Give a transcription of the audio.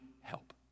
help